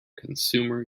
consumer